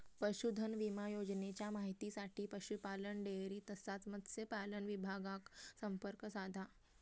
पशुधन विमा योजनेच्या माहितीसाठी पशुपालन, डेअरी तसाच मत्स्यपालन विभागाक संपर्क साधा